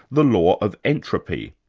the law of entropy.